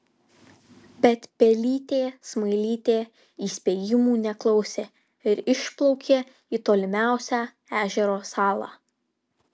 bet pelytė smailytė įspėjimų neklausė ir išplaukė į tolimiausią ežero salą